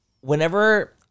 whenever